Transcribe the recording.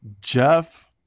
Jeff